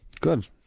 Good